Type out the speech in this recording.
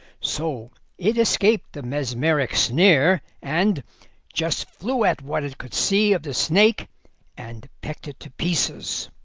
so it escaped the mesmeric snare, and just flew at what it could see of the snake and pecked it to pieces.